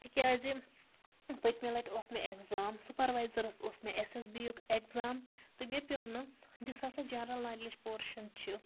تِکیٛازِ پٔتۍمہِ لَٹہِ اوس مےٚ ایٚگزام سُپَروایزَرَس اوس مےٚ اٮ۪س اٮ۪س بی یُک ایٚکزام تہٕ مےٚ پیوٚو نہٕ یُس ہَسا جَنرَل نالیج پورشَن چھِ